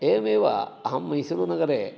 एवमेव अहं मैसूरुनगरे